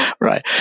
Right